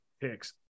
picks